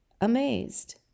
amazed